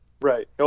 Right